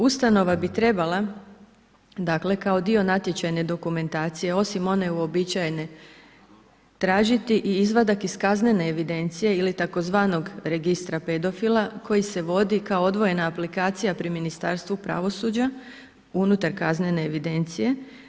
Ustanova bi trebala kao dio natječajne dokumentacije osim one uobičajene tražiti i izvadak iz kaznene evidencije ili tzv. registra pedofila koji se vodi kao odvojena aplikacija pri Ministarstvu pravosuđa unutar kaznene evidencije.